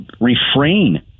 refrain